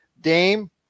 Dame